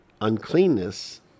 uncleanness